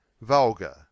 Vulgar